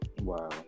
Wow